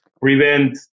prevent